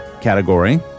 category